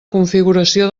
configuració